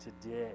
today